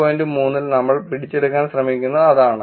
3 ൽ നമ്മൾ പിടിച്ചെടുക്കാൻ ശ്രമിക്കുന്നത് അതാണ്